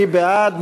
מי בעד?